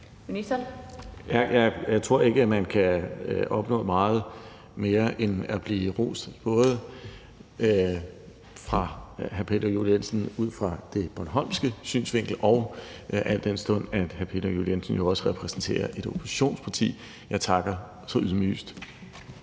Jeg tror ikke, at man kan opnå meget mere end at blive rost af hr. Peter Juel-Jensen, både på grund af den bornholmske synsvinkel, og fordi hr. Peter Juel-Jensen jo også repræsenterer et oppositionsparti. Jeg takker ydmygst.